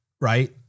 right